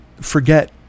forget